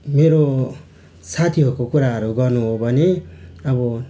मेरो साथीहरूको कुराहरू गर्नु हो भने अब